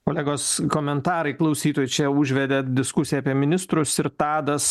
kolegos komentarai klausytojų čia užvedė diskusiją apie ministrus ir tadas